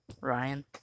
Ryan